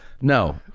no